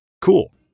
cool